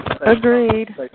Agreed